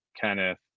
Kenneth